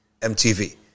MTV